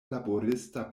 laborista